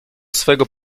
swego